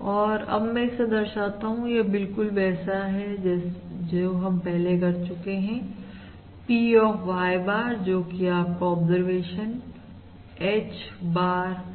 और अब मैं इसे दर्शाता हूं यह बिल्कुल वैसा है जो हम पहले भी कर चुके हैं P ऑफ Y bar जो कि आपका ऑब्जर्वेशन H bar